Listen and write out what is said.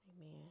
Amen